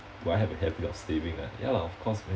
do I have a habit of saving ah ya lah of course man